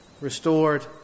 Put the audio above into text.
restored